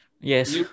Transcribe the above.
Yes